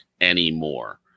anymore